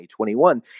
2021